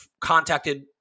contacted